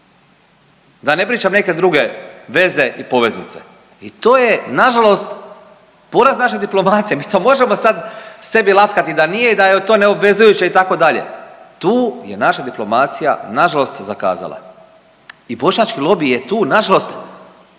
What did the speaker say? Da ne pričam neke druge veze i poveznice i to je nažalost poraz naše diplomacije, mi to možemo sad sebi laskati da nije i da je to neobvezujuće itd., tu je naša diplomacija nažalost zakazala i bošnjački lobi je tu nažalost